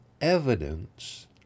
evidence